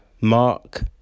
mark